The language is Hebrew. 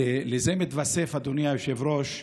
לזה מתווספים, אדוני היושב-ראש,